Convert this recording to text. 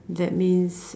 that means